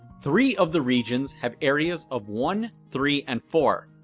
three of the regions have areas of one, three and four.